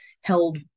held